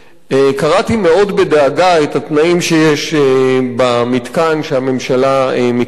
קראתי מאוד בדאגה את התנאים שיש במתקן שהממשלה מקימה.